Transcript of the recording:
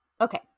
okay